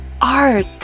art